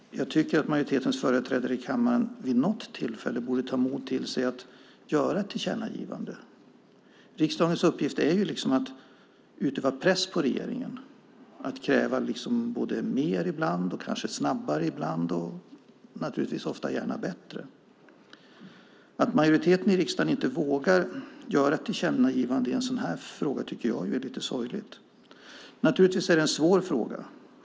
Majoritetens företrädare i kammaren borde vid något tillfälle ta mod till sig och göra ett tillkännagivande. Riksdagens uppgift är att utöva press på regeringen, att kräva mer ibland, snabbare ibland och naturligtvis ofta bättre. Att majoriteten i riksdagen inte vågar göra ett tillkännagivande i en sådan här fråga tycker jag är lite sorgligt. Naturligtvis är det en svår fråga.